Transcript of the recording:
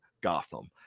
Gotham